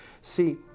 See